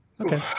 Okay